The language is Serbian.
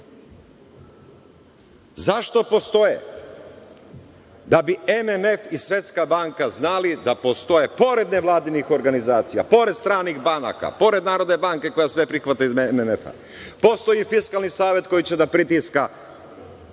Zašto postoje? Da bi MMF i Svetska banka znali da postoje, pored nevladinih organizacija, pored stranih banaka, pored Narodne banke koja sve prihvata iz MMF, postoji Fiskalni savet koji će da pritiska